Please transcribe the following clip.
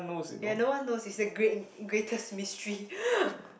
ya no one knows it's a great greatest mystery